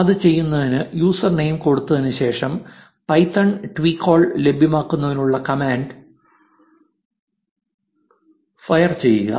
അത് ചെയ്യുന്നതിന് user name കൊടുത്തതിനു ശേഷം പൈത്തൺ ട്വീക്കോൾ ലഭ്യമാക്കുന്നതിനുള്ള കമാൻഡ് ഫയർ ചെയ്യുക